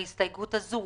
בהסתייגות הזו.